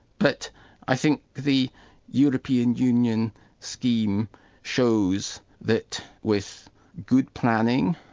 but i think the european union scheme shows that with good planning,